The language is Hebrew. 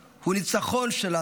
הוא הניצחון שלנו.